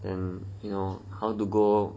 and you know how to go